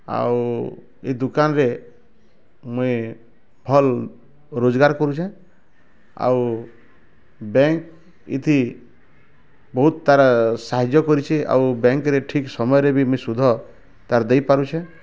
ଆଉ ଏଇ ଦୁକାନରେ ମୁଁଇ ଭଲ ରୋଜଗାର କରୁଛେଁ ଆଉ ବ୍ୟାଙ୍କ ଏଇଠି ବହୁତ ତାର ସାହାଯ୍ୟ କରିଛି ଆଉ ବ୍ୟାଙ୍କରେ ଠିକ୍ ସମୟରେ ବି ସୁଧ ତାର ଦେଇପାରୁଛେଁ